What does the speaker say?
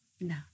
No